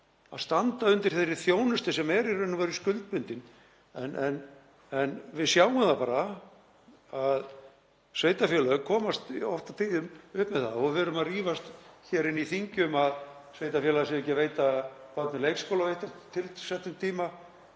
að standa undir þeirri þjónustu sem er í raun og veru skuldbundin. Við sjáum það bara að sveitarfélög komast oft á tíðum upp með það og við erum að rífast hér á þingi um að sveitarfélög séu ekki að veita börnum leikskólapláss á tilsettum tíma.